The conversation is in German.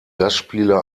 gastspiele